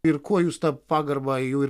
ir kuo jūs tą pagarbą jų ir